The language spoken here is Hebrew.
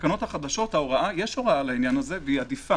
בתקנות החדשות יש הוראה לעניין הזה והיא עדיפה